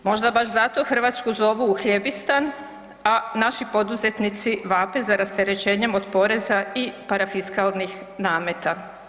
Možda baš zato Hrvatsku zovu uhljebistan, a naši poduzetnici vape za rasterećenjem od poreza i parafiskalnih nameta.